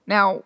Now